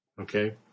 Okay